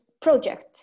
project